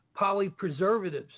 polypreservatives